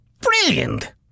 Brilliant